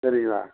சரிங்களா